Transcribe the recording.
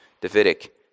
Davidic